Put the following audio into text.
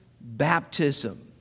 baptism